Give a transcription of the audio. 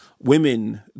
women